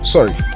Sorry